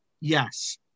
Yes